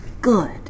good